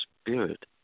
spirit